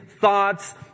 thoughts